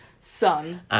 son